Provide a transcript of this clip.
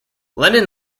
lennon